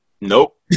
nope